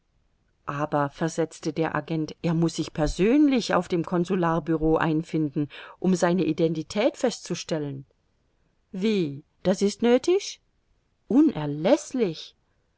aber versetzte der agent er muß sich persönlich auf dem consularbureau einfinden um seine identität festzustellen wie das ist nöthig unerläßlich